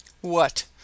What